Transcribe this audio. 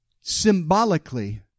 Symbolically